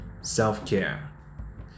self-care